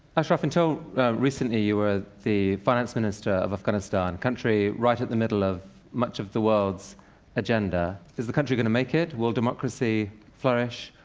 ashraf, until recently, you were the finance minister of afghanistan, a country right at the middle of much of the world's agenda. is the country gonna make it? will democracy flourish?